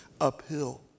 uphill